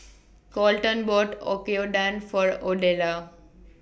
Coleton bought Oyakodon For Odelia